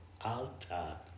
alta